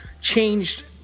changed